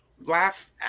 laugh